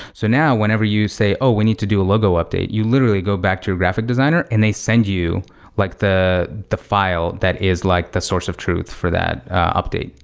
so now whenever you say, oh, we need to do a logo update. you literally go back to your graphic designer and they send you like the the file that is like the source of truth for that update.